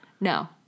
No